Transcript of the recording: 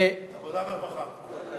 עבודה ורווחה.